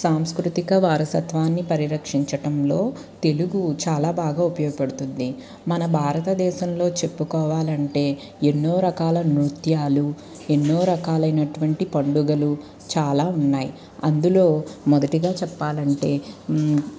సాంస్కృతిక వారసత్వాన్ని పరిరక్షించటంలో తెలుగు చాలా బాగా ఉపయోగపడుతుంది మన భారత దేశంలో చెప్పుకోవాలంటే ఎన్నో రకాల నృత్యాలు ఎన్నో రకాలైనటువంటి పండుగలు చాలా ఉన్నాయి అందులో మొదటిగా చెప్పాలంటే